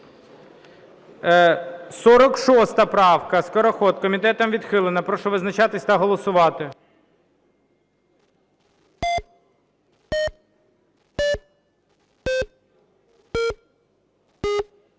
46 поправка, Скороход. Комітетом відхилена. Прошу визначатись та голосувати.